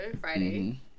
Friday